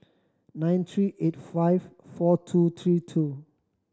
nine three eight five four two two two